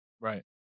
Right